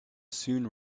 soon